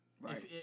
Right